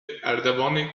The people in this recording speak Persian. اردوان